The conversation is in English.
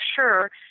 sure